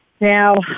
Now